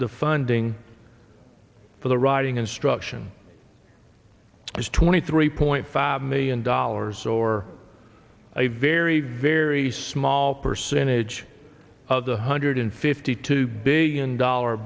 the funding for the riding instruction is twenty three point five million dollars or a very very small percentage of the hundred fifty two big and dollar